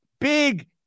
Big